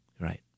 right